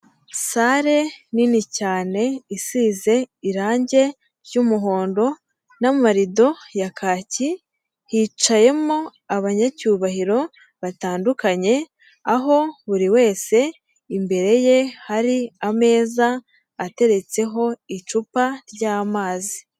Salle nini cyane isize irange ry'umuhondo n'amarido ya kaki, hicayemo abanyacyubahiro batandukanye aho buri wese imbere ye hari ameza ateretseho icupa ry'amazi.